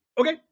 Okay